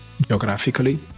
geographically